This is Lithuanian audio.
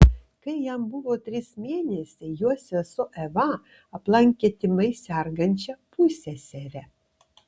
kai jam buvo trys mėnesiai jo sesuo eva aplankė tymais sergančią pusseserę